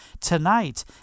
tonight